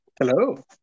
hello